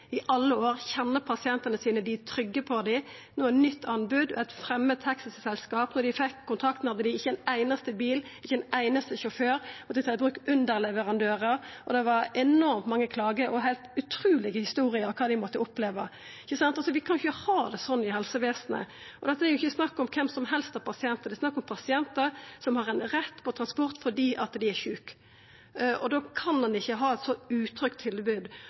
i alle år – kjenner pasientane sine, og er trygge på dei. Så kom eit nytt anbod og eit framand taxiselskap, som da dei fekk kontrakten, ikkje hadde ein einaste bil eller sjåfør, men dei tar i bruk underleverandørar. Det var enormt mange klager og heilt utrulege historier om kva ein måtte oppleva. Vi kan ikkje ha det sånn i helsevesenet. Dette er jo ikkje snakk om kven som helst av pasientane; det er snakk om pasientar som har rett til transport fordi dei er sjuke. Da kan ein ikkje ha eit så utrygt tilbod.